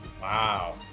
Wow